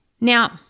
Now